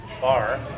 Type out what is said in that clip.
bar